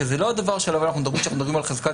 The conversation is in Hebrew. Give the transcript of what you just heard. שזה לא הדבר עליו אנחנו מדברים על חזקת